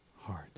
heart